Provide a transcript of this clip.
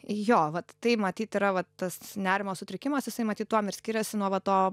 jo vat tai matyt yra va tas nerimo sutrikimas jisai matyt tuom ir skiriasi nuo va to